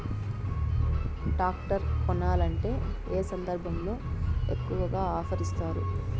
Tractor కొనాలంటే ఏ సందర్భంలో ఎక్కువగా ఆఫర్ ఇస్తారు?